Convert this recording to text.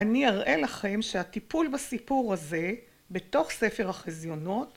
‫אני אראה לכם שהטיפול ‫בסיפור הזה בתוך ספר החזיונות...